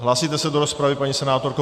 Hlásíte se do rozpravy, paní senátorko?